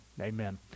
amen